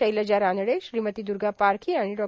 शैलजा रानडे श्रीमती द्गा पारखी आर्मण डॉ